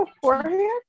beforehand